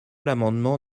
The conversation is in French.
l’amendement